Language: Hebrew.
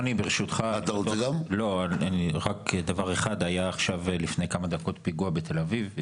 ברשותך אדוני, היה לפני כמה דקות פיגוע בתל אביב.